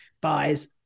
buys